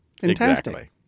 Fantastic